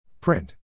Print